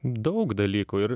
daug dalykų ir